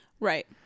Right